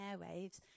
airwaves